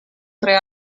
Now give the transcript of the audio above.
tre